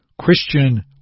Christian